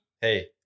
hey